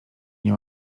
nie